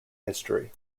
history